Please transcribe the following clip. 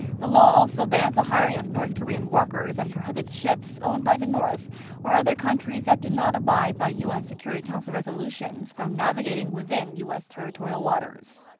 the law also bans the hiring of north korean workers and prohibits ships owned by the north or other countries that do not abide by un security council resolutions from navigating within u s. territorial waters.